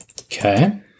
Okay